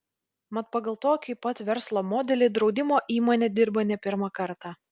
mat pagal tokį pat verslo modelį draudimo įmonė dirba ne pirmą kartą